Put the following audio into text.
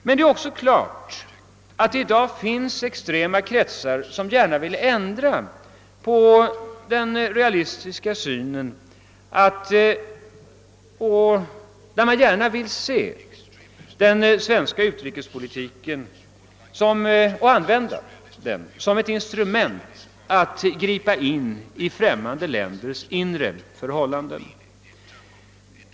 I dag finns det emellertid extrema kretsar som gärna vill ändra på denna realistiska syn och se den svenska utrikespolitiken — och använda den så — som ett instrument att ingripa i främmande länders inre förhållanden.